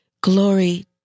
Glory